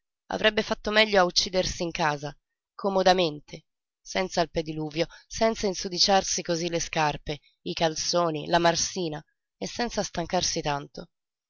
avrebbe fatto meglio a uccidersi in casa comodamente senza il pediluvio senza insudiciarsi cosí le scarpe i calzoni la marsina e senza stancarsi tanto